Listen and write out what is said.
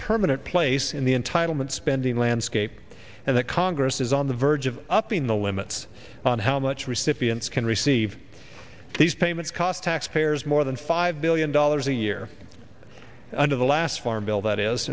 permanent place in the entitlement spending landscape and that congress is on the verge of upping the limits on how much recipients can receive these payments cost taxpayers more than five billion dollars a year under the last farm bill that is